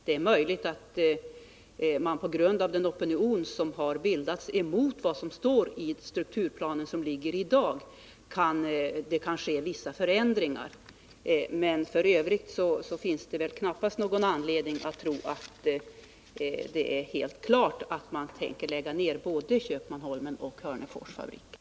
Det är möjligt att det på grund av den opinion som bildats mot det som står i strukturplanen kan ske vissa förändringar. Men det finns väl knappast någon anledning att tro att det är helt klart att man tänker lägga ned både Köpmanholmen och Hörneforsfabriken.